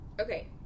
okay